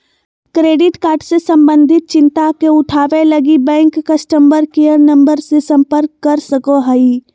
credit card से संबंधित चिंता के उठावैय लगी, बैंक कस्टमर केयर नम्बर से संपर्क कर सको हइ